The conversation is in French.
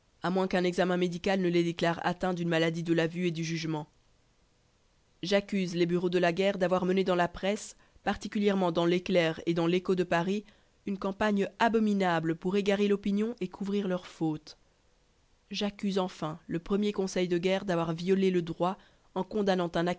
à moins qu'un examen médical ne les déclare atteints d'une maladie de la vue et du jugement j'accuse les bureaux de la guerre d'avoir mené dans la presse particulièrement dans l'éclair et dans l'écho de paris une campagne abominable pour égarer l'opinion et couvrir leur faute j'accuse enfin le premier conseil de guerre d'avoir violé le droit en condamnant